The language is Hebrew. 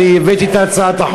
ואני הבאתי את הצעת החוק,